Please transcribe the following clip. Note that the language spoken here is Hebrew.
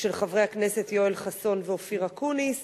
של חברי הכנסת יואל חסון ואופיר אקוניס.